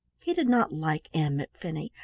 he did not like ann mcfinney,